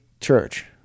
church